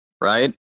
right